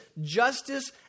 justice